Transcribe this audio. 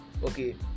Okay